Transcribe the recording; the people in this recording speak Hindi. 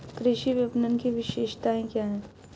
कृषि विपणन की विशेषताएं क्या हैं?